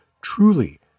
truly